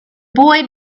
boy